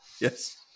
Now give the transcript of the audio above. Yes